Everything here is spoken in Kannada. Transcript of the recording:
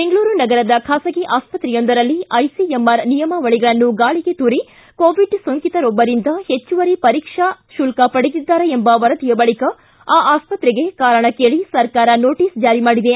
ಬೆಂಗಳೂರು ನಗರದ ಬಾಸಗಿ ಆಸ್ಪತ್ರೆಯೊಂದರಲ್ಲಿ ಐಸಿಎಂಆರ್ ನಿಯಮಾವಳಗಳನ್ನು ಗಾಳಿಗೆ ತೂರಿ ಕೋವಿಡ್ ಸೋಂಕಿತರೊಬ್ಬರಿಂದ ಹಚ್ಚಿವರಿ ಪರೀಕ್ಷಾ ಕುಲ್ಕ ಪಡೆದಿದ್ದಾರೆ ಎಂಬ ವರದಿಯ ಬಳಿಕ ಆ ಆಸ್ಪತ್ರೆಗೆ ಕಾರಣ ಕೇಳಿ ಸರ್ಕಾರ ನೋಟಸ್ ಜಾರಿ ಮಾಡಿದೆ